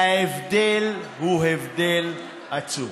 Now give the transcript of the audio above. וההבדל הוא הבדל עצום.